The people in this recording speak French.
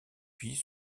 puis